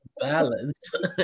Balance